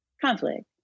conflict